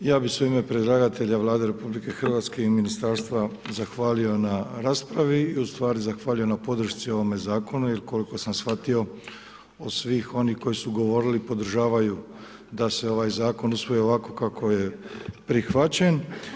Ja bih se u ime predlagatelja Vlade RH i ministarstva zahvalio na raspravi i ustvari zahvaljujem na podršci ovome zakonu jel koliko sam shvatio od svih onih koji su govorili podržavaju da se ovaj zakon usvoji ovako kako je prihvaćen.